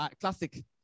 Classic